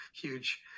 huge